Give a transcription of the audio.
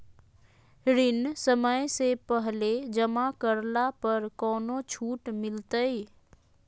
ऋण समय से पहले जमा करला पर कौनो छुट मिलतैय?